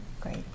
Great